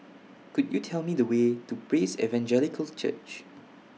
Could YOU Tell Me The Way to Praise Evangelical Church